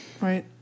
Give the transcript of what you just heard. right